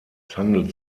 handelt